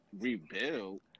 Rebuild